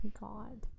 God